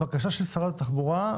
הבקשה של שרת התחבורה,